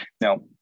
Now